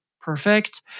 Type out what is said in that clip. perfect